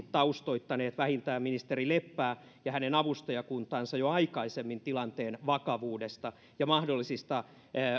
taustoittaneet vähintään ministeri leppää ja hänen avustajakuntaansa jo aikaisemmin tilanteen vakavuudesta ja mahdollisista